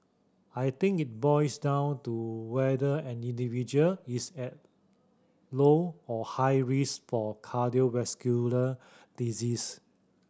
I think it boils down to whether an individual is at low or high risk for cardiovascular disease